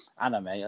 anime